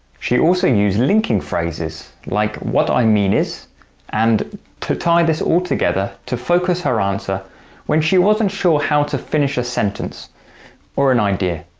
she also used linking phrases, like what i mean is and to tie this all together to focus her answer when she wasn't sure how to finish a sentence or an idea.